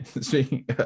Speaking